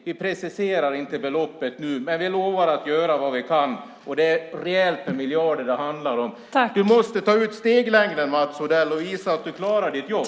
Vi preciserar inte beloppet nu, men vi lovar att göra vad vi kan, och det är rejält med miljarder det handlar om. Du måste ta ut steglängden, Mats Odell, och visa att du klarar ditt jobb!